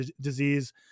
disease